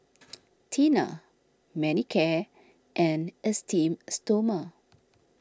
Tena Manicare and Esteem Stoma